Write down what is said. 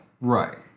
Right